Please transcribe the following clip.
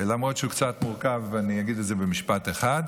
למרות שהוא קצת מורכב, אני אגיד את זה במשפט אחד: